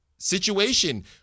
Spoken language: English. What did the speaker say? Situation